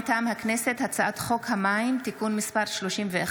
מטעם הכנסת: הצעת חוק המים (תיקון מס' 31)